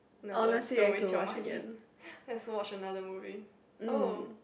no don't don't waste your money let's watch another movie oh